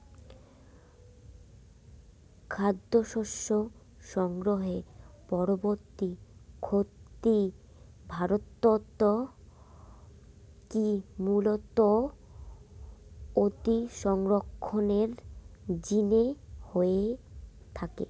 খাদ্যশস্য সংগ্রহের পরবর্তী ক্ষতি ভারতত কি মূলতঃ অতিসংরক্ষণের জিনে হয়ে থাকে?